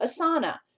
Asana